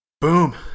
Boom